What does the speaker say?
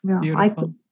Beautiful